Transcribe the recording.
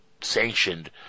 sanctioned